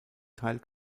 teil